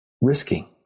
risking